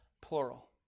plural